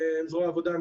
עם זרוע העבודה,